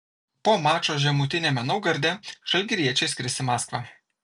po mačo žemutiniame naugarde žalgiriečiai skris į maskvą